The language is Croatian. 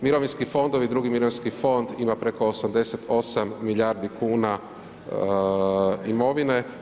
Mirovinski fondovi, Drugi mirovinski fond ima preko 88 milijardi kuna imovine.